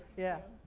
yeah.